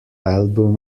album